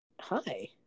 Hi